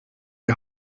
die